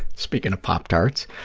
speaking of pop tarts,